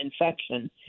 infection